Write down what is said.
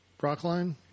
Brockline